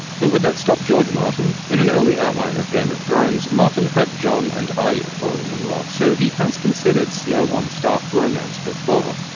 but would that stop george martin? in an early outline of game of thrones, martin had jon and arya falling in love, so he has considered snow on stark romance before.